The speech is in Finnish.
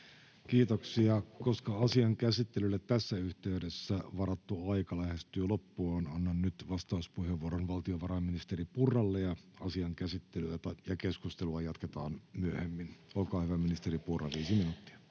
Kiitoksia. — Koska asian käsittelylle tässä yhteydessä varattu aika lähestyy loppuaan, annan nyt vastauspuheenvuoron valtiovarainministeri Purralle, ja asian käsittelyä ja keskustelua jatketaan myöhemmin. — Olkaa hyvä, ministeri Purra, viisi minuuttia.